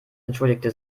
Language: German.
entschuldigte